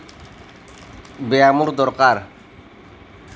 ব্যায়ামৰ দৰকাৰ